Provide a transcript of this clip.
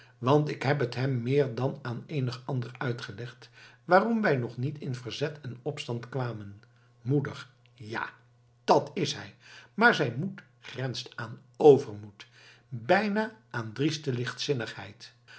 want ik heb het hem meer dan aan eenig ander uitgelegd waarom wij nog niet in verzet en opstand kwamen moedig ja dat is hij maar zijn moed grenst aan overmoed bijna aan drieste lichtzinnigheid